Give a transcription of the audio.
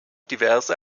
diverse